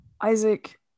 isaac